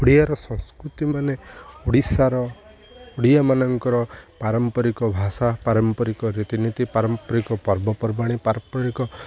ଓଡ଼ିଆର ସଂସ୍କୃତିମାନେ ଓଡ଼ିଶାର ଓଡ଼ିଆମାନଙ୍କର ପାରମ୍ପରିକ ଭାଷା ପାରମ୍ପରିକ ରୀତିନୀତି ପାରମ୍ପରିକ ପର୍ବପର୍ବାଣି ପାରମ୍ପରିକ